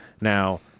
Now